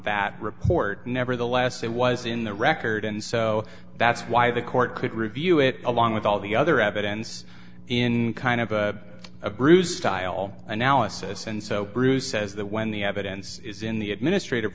that report nevertheless it was in the record and so that's why the court could review it along with all the other evidence in kind of a bruise style analysis and so bruce says that when the evidence is in the administrative